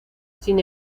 sin